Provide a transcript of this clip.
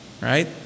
right